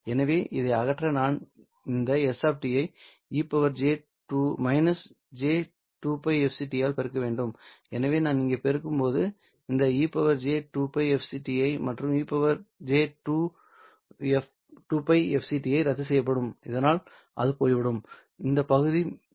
எனவே இதை அகற்ற நான் இந்த s ஐ e j2π fct ஆல் பெருக்க வேண்டும் எனவே நான் இங்கே பெருக்கும்போது இந்த e j2π fct மற்றும் ej2π fct ரத்துசெய்யப்படும் அதனால் அது போய்விடும்